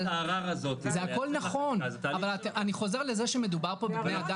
אני חוזר לזה שמדובר פה בבני אדם,